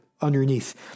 underneath